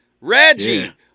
reggie